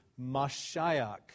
Mashiach